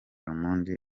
mundi